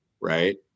right